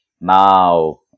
now